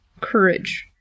Courage